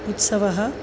उत्सवे